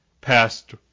past